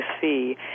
see